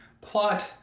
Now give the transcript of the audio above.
plot